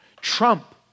trump